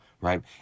right